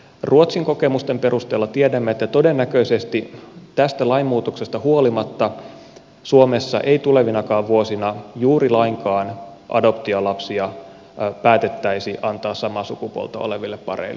ruotsin kokemusten perusteella tiedämme että todennäköisesti tästä lainmuutoksesta huolimatta suomessa ei tulevinakaan vuosina juuri lainkaan päätettäisi antaa adoptiolapsia samaa sukupuolta oleville pareille